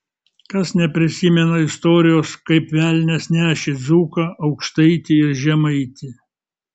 kas neprisimena istorijos kaip velnias nešė dzūką aukštaitį ir žemaitį